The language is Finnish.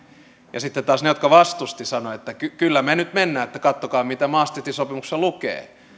ja sitten taas ne jotka vastustivat sanoivat että kyllä me nyt mennään katsokaa mitä maastrichtin sopimuksessa lukee